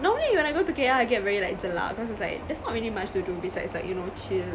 normally when I go to K_L I get very like jelak because it's like there's not really much to do besides like you know chill